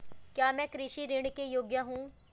क्या मैं कृषि ऋण के योग्य हूँ?